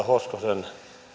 hoskosen